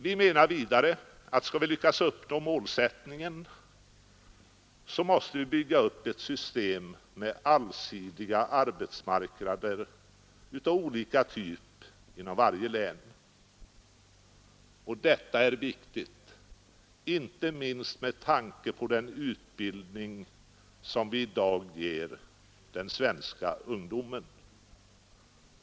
Vi menar vidare att om vi skall lyckas förverkliga målsättningen, måste vi bygga upp ett system med allsidiga arbetsmarknader av olika typ inom varje län, inte minst — och det är viktigt — med tanke på den utbildning som vi i dag ger de svenska ungdomarna.